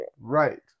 Right